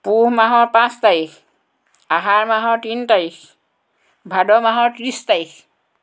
পুহ মাহৰ পাঁচ তাৰিখ আহাৰ মাহৰ তিন তাৰিখ ভাদ মাহৰ ত্ৰিছ তাৰিখ